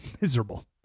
miserable